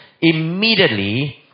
Immediately